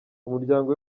umuryango